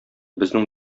безнең